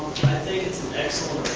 it's an excellent